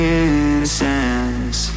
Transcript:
innocence